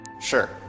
Sure